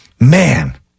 Man